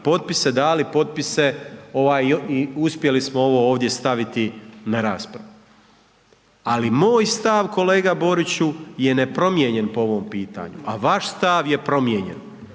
koji su dali potpise, ovaj uspjeli smo ovo ovdje staviti na raspravu. Ali moj stav, kolega Boriću je nepromijenjen po ovom pitanju, a vaš stav je promijenjen.